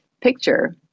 picture